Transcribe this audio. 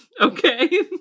Okay